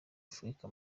afrika